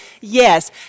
Yes